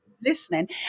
listening